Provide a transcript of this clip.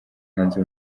hanze